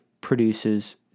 produces